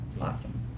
awesome